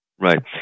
Right